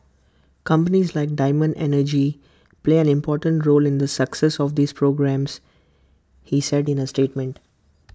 companies like diamond energy play an important role in the success of these programmes he said in A statement